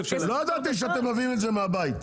לא ידעתי שאתם מביאים את זה מהבית.